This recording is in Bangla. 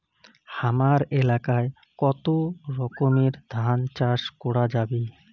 হামার এলাকায় কতো রকমের ধান চাষ করা যাবে?